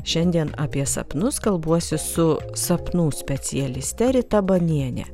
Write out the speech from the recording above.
šiandien apie sapnus kalbuosi su sapnų specialiste rita baniene